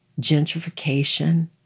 Gentrification